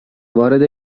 وارد